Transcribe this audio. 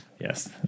yes